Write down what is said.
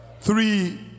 Three